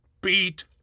beat